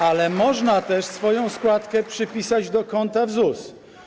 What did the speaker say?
Ale można też swoją składkę przypisać do konta w ZUS.